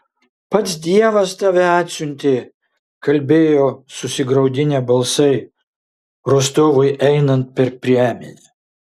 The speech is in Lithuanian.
pats dievas tave atsiuntė kalbėjo susigraudinę balsai rostovui einant per priemenę